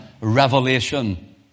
Revelation